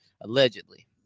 Allegedly